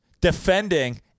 defending